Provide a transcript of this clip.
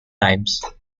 times